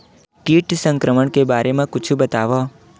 कीट संक्रमण के बारे म कुछु बतावव?